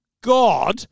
God